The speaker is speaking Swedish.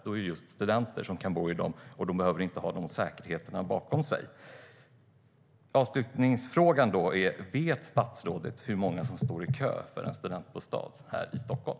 Då kan just studenter bo i dem och behöver inte ha de säkerheterna bakom sig. Vet statsrådet hur många som står i kö för en studentbostad här i Stockholm?